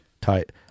Tight